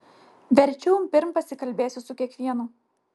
verčiau pirm pasikalbėsiu su kiekvienu